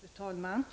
Fru talman!